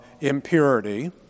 impurity